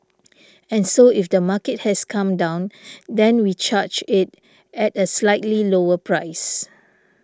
and so if the market has come down then we charge it at a slightly lower price